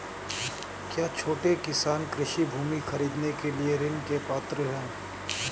क्या छोटे किसान कृषि भूमि खरीदने के लिए ऋण के पात्र हैं?